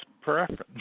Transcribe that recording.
preference